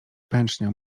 pęczniał